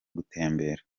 gutembera